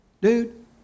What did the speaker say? dude